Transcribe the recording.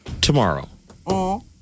tomorrow